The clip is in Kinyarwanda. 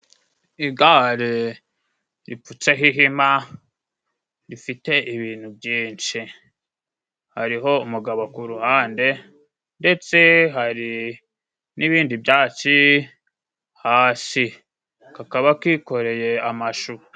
Igare ripfutseho ihema rifite ibintu byinshi. Hariho umugabo ku ruhande ndetse hari n'ibindi byatsi hasi. Kakaba kikoreye amashu.